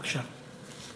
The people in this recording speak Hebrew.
בבקשה.